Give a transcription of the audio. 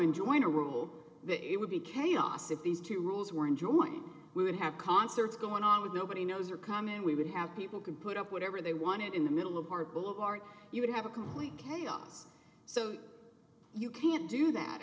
join a rule that it would be chaos if these two rules were enjoying we would have concerts going on with nobody knows or common we would have people can put up whatever they wanted in the middle of our bill of art you would have a complete chaos so you can't do that i